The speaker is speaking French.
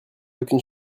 aucune